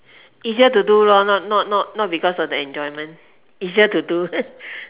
easier to do lor not not not because of the enjoyment easier to do